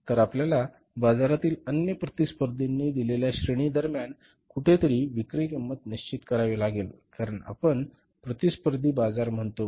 तर आपल्याला बाजारातील अन्य प्रतिस्पर्धींनी दिलेल्या श्रेणी दरम्यान कुठेतरी विक्री किंमत निश्चित करावी लागेल कारण आपण प्रतिस्पर्धी बाजार म्हणतो